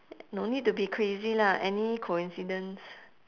no need to be crazy lah any coincidence